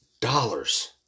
dollars